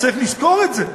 צריך לזכור את זה.